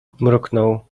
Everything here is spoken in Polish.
mruknął